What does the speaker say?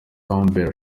campbell